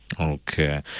okay